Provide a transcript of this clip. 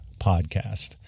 podcast